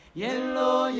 yellow